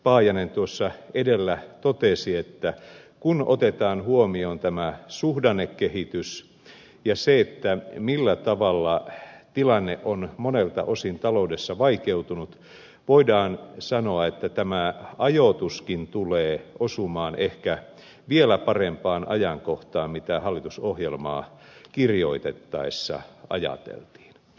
paajanen tuossa edellä totesi kun otetaan huomioon tämä suhdannekehitys ja se millä tavalla tilanne on monelta osin taloudessa vaikeutunut voidaan sanoa että tämä ajoituskin tulee osumaan ehkä vielä parempaan ajankohtaan kuin mitä hallitusohjelmaa kirjoitettaessa ajateltiin